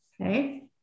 okay